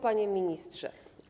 Panie Ministrze!